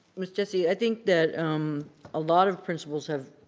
miss jessie, i think that um a lot of principals have,